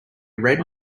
red